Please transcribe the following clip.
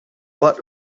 but